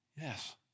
Yes